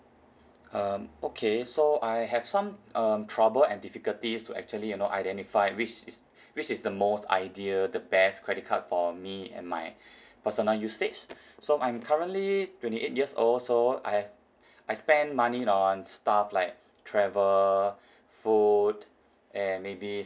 um okay so I have some um trouble and difficulties to actually you know identify which is which is the most ideal the best credit card for me and my personal usage so I'm currently twenty eight years old so I have I spend money on stuff like travel food and maybe